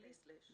בלי סלש.